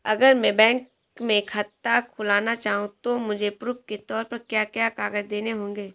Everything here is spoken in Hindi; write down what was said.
अगर मैं बैंक में खाता खुलाना चाहूं तो मुझे प्रूफ़ के तौर पर क्या क्या कागज़ देने होंगे?